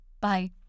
Bye